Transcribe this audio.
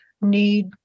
need